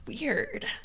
weird